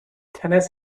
tennis